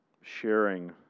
sharing